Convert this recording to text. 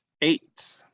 Eight